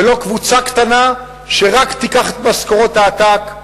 ולא שרק קבוצה קטנה תיקח את משכורות העתק,